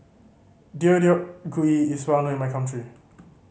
Deodeok Gui is well known in my country